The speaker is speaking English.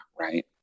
right